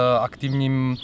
aktivním